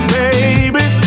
baby